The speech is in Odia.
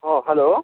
ହଁ ହ୍ୟାଲୋ